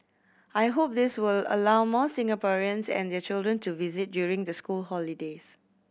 I hope this will allow more Singaporeans and their children to visit during the school holidays